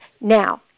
Now